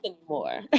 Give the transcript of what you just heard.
anymore